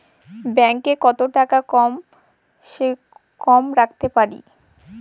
Bank এ কত টাকা কম সে কম রাখতে পারি?